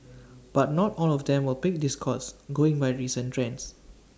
but not all of them will pick this course going by recent trends